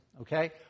okay